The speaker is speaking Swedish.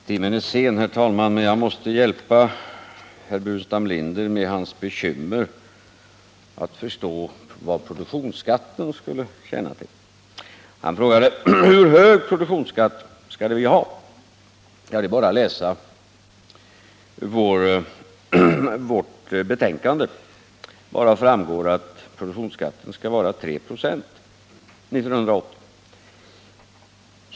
Herr talman! Timmen är sen, men jag måste hjälpa herr Burenstam Linder med hans bekymmer att förstå vad produktionsskatt skall tjäna till. Han frågade: Hur hög produktionsskatt skall vi ha? Det är bara att läsa vårt betänkande, varav framgår att produktionsskatten skall vara 3 "ov 1980.